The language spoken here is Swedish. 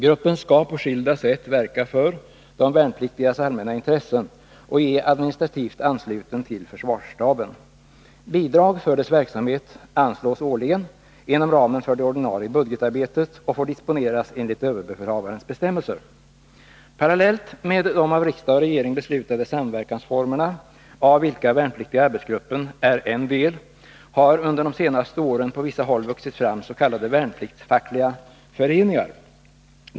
Gruppen skall på skilda sätt verka för de värnpliktigas allmänna intressen och är administrativt ansluten till försvarsstaben. Bidrag för dess verksamhet anslås årligen inom ramen för det ordinarie budgetarbetet och får disponeras enligt överbefälhavarens bestämmelser. Parallellt med de av riksdag och regering beslutade samverkansformerna, av vilka Värnpliktiga arbetsgruppen är en del, har under de senaste åren på vissa håll vuxit fram s.k. värnpliktsfackliga föreningar.